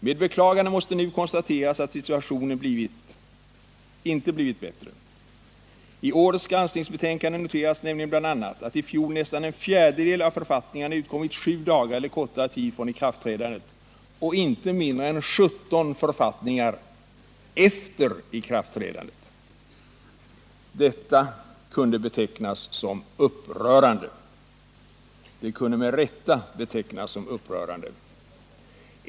Med beklagande måste nu konstateras att situationen inte blivit bättre. I årets granskningsbetänkande noteras nämligen bl.a. att i fjol nästan en fjärdedel av författningarna utkommit sju dagar eller kortare tid från ikraftträdandet och inte mindre än 17 författningar efter ikraftträdandet. Detta kunde med rätta betecknas som upprörande.